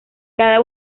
cada